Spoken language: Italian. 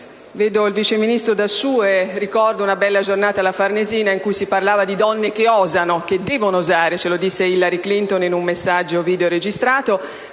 Vedo il vice ministro Dassù e ricordo una bella giornata alla Farnesina, in cui si parlava di donne che osano, che devono osare, come ci disse Hillary Clinton in un messaggio videoregistrato.